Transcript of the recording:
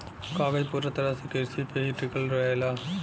कागज पूरा तरह से किरसी पे ही टिकल रहेला